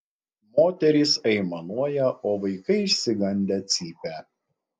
moterys aimanuoja o vaikai išsigandę cypia